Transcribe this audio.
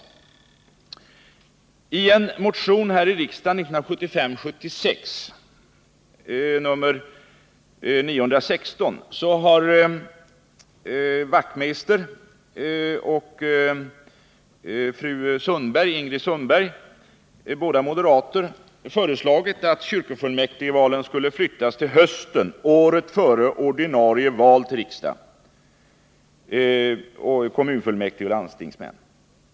I en motion till rikdagen 1975/76 nr 916, har Knut Wachtmeister och Ingrid Sundberg, både moderater, föreslagit att kyrkofullmäktigvalen skulle flyttas till hösten året före ordinarie val till riksdagen, kommunfullmäktige och landsting.